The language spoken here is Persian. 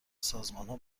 سازمانها